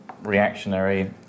reactionary